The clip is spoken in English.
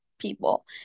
People